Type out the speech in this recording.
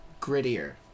grittier